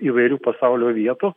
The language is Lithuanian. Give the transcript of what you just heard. įvairių pasaulio vietų